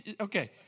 Okay